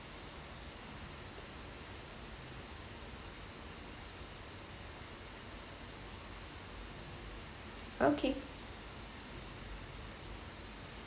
okay